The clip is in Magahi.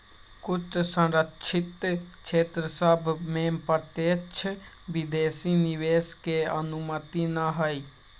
कुछ सँरक्षित क्षेत्र सभ में प्रत्यक्ष विदेशी निवेश के अनुमति न हइ